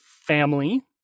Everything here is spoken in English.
family